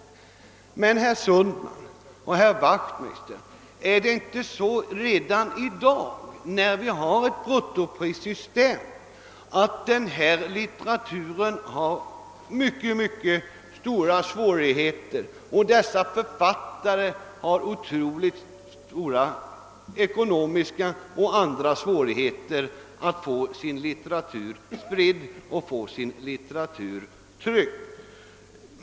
Men, herr Sundman och herr Wachtmeister, är det inte så redan i dag när vi har ett bruttoprissystem att denna litteratur har mycket stora svårigheter och att dess författare har otroligt stora ekonomiska och andra svårigheter att få sin litteratur tryckt och spridd?